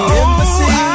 embassy